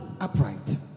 upright